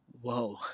whoa